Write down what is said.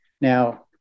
Now